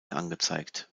angezeigt